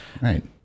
Right